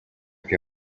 que